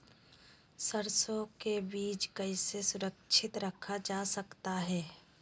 सरसो के बीज कैसे सुरक्षित रखा जा सकता है?